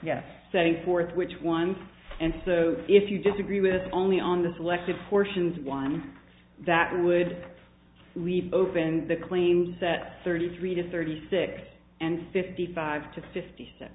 yes setting forth which one and so if you disagree with only on the selective portions one that would leave open the claim set thirty three to thirty six and fifty five to fifty s